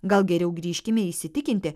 gal geriau grįžkime įsitikinti